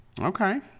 Okay